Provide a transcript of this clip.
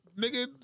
nigga